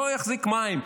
זה לא יחזיק מים.